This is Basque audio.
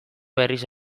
berriz